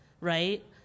right